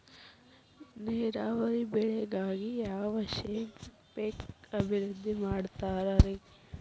ನೇರಾವರಿ ಬೆಳೆಗಾಗಿ ಯಾವ ಶೇಂಗಾ ಪೇಕ್ ಅಭಿವೃದ್ಧಿ ಮಾಡತಾರ ರಿ?